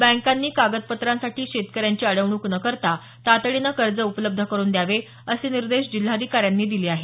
बँकांनी कागदपत्रांसाठी शेतकऱ्यांची अडवणूक न करता तातडीने कर्ज उपलब्ध करून द्यावे असे निर्देश जिल्हाधिकाऱ्यांनी दिले आहेत